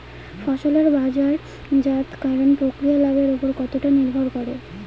ফসলের বাজারজাত করণ প্রক্রিয়া লাভের উপর কতটা নির্ভর করে?